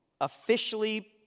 officially